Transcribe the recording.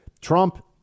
Trump